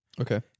Okay